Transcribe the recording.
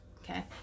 okay